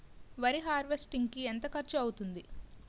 వరి హార్వెస్టింగ్ కి ఎంత ఖర్చు అవుతుంది?